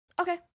okay